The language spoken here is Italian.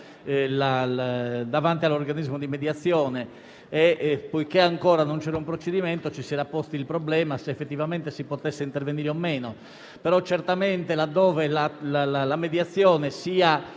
davanti all'organismo di mediazione. Poiché ancora non c'era un procedimento, ci si era posti il problema se effettivamente si potesse intervenire o meno. Tuttavia, laddove la mediazione sia